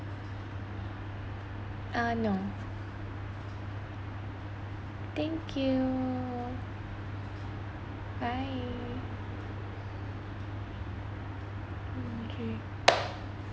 uh no thank you bye oh okay